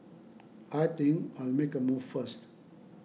I think I'll make a move first